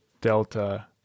delta